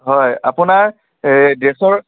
হয় আপোনাৰ এই ড্ৰেছৰ